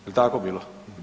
Jel' tako bilo?